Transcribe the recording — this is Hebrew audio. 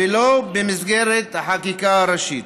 ולא במסגרת החקיקה הראשית.